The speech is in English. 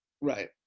right